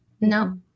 No